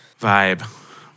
vibe